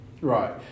Right